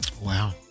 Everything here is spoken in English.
wow